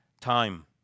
Time